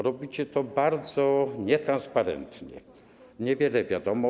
Robicie to bardzo nietransparentnie, niewiele wiadomo.